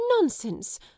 nonsense